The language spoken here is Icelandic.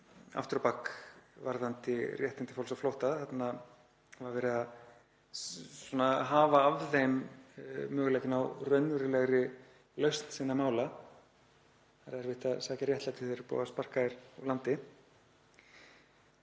aftur á bak varðandi réttindi fólks á flótta. Þarna var verið að hafa af þeim möguleikann á raunverulegri lausn sinna mála. Það er erfitt að sækja réttlætið þegar það er búið að sparka þér úr landi.